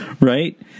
right